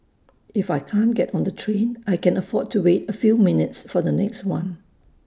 if I can't get on the train I can afford to wait A few minutes for the next one